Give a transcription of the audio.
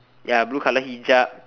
ya blue colour hijab